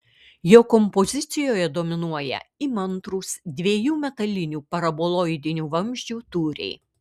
jo kompozicijoje dominuoja įmantrūs dviejų metalinių paraboloidinių vamzdžių tūriai